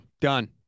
Done